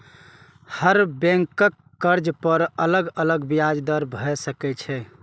हर बैंकक कर्ज पर अलग अलग ब्याज दर भए सकै छै